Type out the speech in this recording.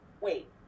Wait